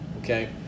Okay